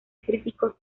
críticos